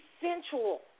sensual